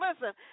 Listen